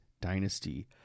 dynasty